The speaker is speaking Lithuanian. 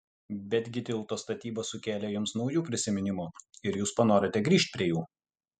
betgi tilto statyba sukėlė jums naujų prisiminimų ir jūs panorote grįžt prie jų